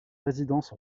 résidence